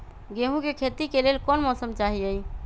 गेंहू के खेती के लेल कोन मौसम चाही अई?